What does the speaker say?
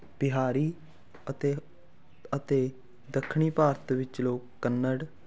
ਬਿਹਾਰੀ ਅਤੇ ਅਤੇ ਦੱਖਣੀ ਭਾਰਤ ਵਿੱਚ ਲੋਕ ਕੰਨੜ